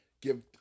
give